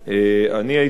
כשר המקשר,